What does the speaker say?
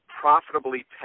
profitably